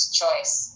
choice